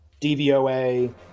dvoa